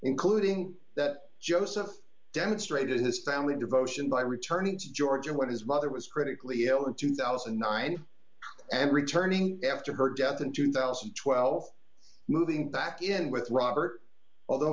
including that joseph demonstrated his family devotion by returning to georgia what his mother was critically ill in two thousand and nine and returning after her death in two thousand and twelve moving back in with robert although